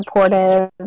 supportive